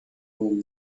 will